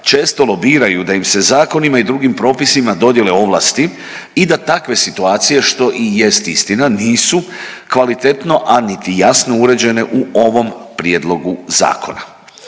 često lobiraju da im se zakonima i drugim propisima dodjele ovlasti i da takve situacije, što i jest istina nisu kvalitetno, a niti jasno uređene u ovom prijedlogu zakona.